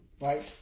Right